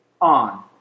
on